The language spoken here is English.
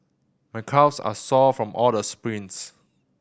my calves are sore from all the sprints